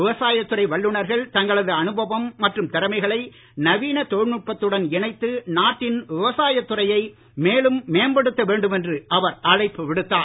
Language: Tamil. விவசாயத்துறை வல்லுநர்கள் தங்களது அனுபவம் மற்றும் திறமைகளை நவீன தொழில்நுட்பத்துடன் இணைத்து நாட்டின் விவசாயத்துறையை மேலும் மேம்படுத்த வேண்டும் என்று அவர் அழைப்பு விடுத்தார்